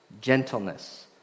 gentleness